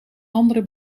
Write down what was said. andere